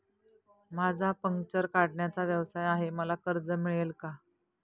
माझा पंक्चर काढण्याचा व्यवसाय आहे मला कर्ज मिळेल का?